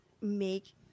make